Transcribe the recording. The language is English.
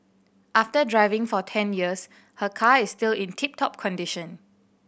after driving for ten years her car is still in tip top condition